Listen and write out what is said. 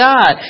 God